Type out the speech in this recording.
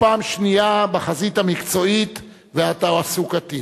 ופעם שנייה בחזית המקצועית והתעסוקתית.